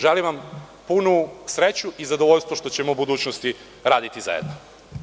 Želim vam punu sreću i zadovoljstvo što ćemo u budućnosti raditi zajedno.